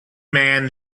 man